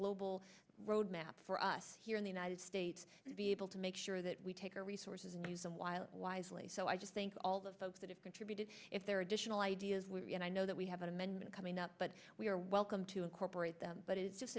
global road map for us here in the united states to be able to make sure that we take our resources news and while wisely so i just think all the folks that have contributed if there are additional ideas and i know that we have an amendment coming up but we are welcome to incorporate them but it's just